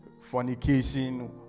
fornication